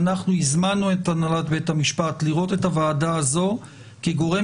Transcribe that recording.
ואנחנו הזמנו את הנהלת בית המשפט לראות את הוועדה הזו כגורם